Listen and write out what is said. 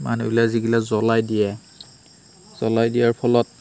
মানুহবিলাকে যিগিলা জ্বলাই দিয়ে জ্বলাই দিয়াৰ ফলত